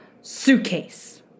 suitcase